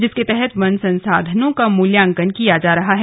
इसके तहत वन्य संसाधनों का मूल्यांकन किया जा रहा है